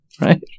Right